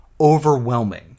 overwhelming